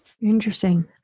Interesting